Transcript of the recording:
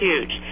huge